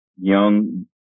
young